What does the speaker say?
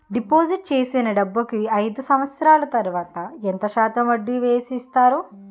Deposit చేసిన డబ్బుకి అయిదు సంవత్సరాల తర్వాత ఎంత శాతం వడ్డీ వేసి ఇస్తారు?